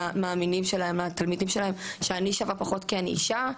לתלמידים שלהם שאני שווה פחות כי אני אישה,